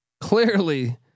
clearly